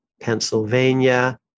Pennsylvania